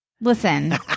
Listen